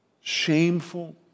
shameful